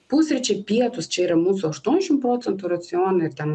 pusryčiai pietūs čia yra mūsų aštuoniašim procentų raciono ir ten